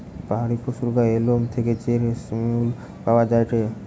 পাহাড়ি পশুর গায়ের লোম থেকে যে রেশমি উল পাওয়া যায়টে